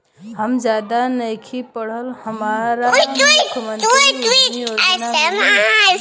हम ज्यादा नइखिल पढ़ल हमरा मुख्यमंत्री उद्यमी योजना मिली?